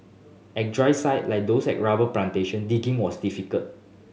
at drier sites like those at rubber plantation digging was difficult